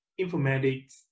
informatics